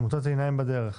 עמותת עיניים בדרך.